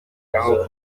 aho